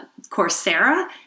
Coursera